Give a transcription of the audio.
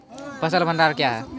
फसल भंडारण क्या हैं?